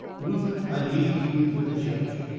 reuther, i leave you with the judge.